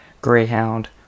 Greyhound